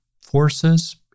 forces